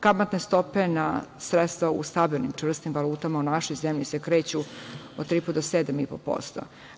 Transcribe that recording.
Kamatne stope na sredstva u stabilnim, čvrstim valutama u našoj zemlji se kreću od 3,5% do 7,5%